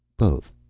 both.